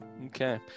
Okay